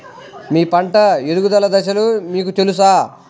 మీ పంట ఎదుగుదల దశలు మీకు తెలుసా?